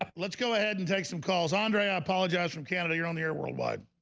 let's go ahead and take some calls andre. i apologize from canada. you're on the air worldwide